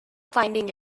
finding